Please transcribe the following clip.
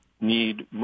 need